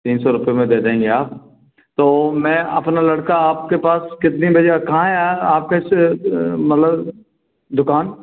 तीन सौ रूपये में दे देंगे आप तो मैं अपना लड़का आपके पास कितने बजे कहाँ है आ आप किस मतलब दुकान